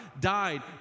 died